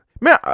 Man